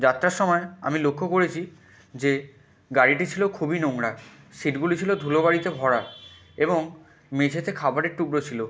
যাত্রার সময় আমি লক্ষ্য করেছি যে গাড়িটি ছিলো খুবই নোংরা সিটগুলি ছিলো ধুলো বালিতে ভরা এবং মেঝেতে খাবারের টুকরো ছিলো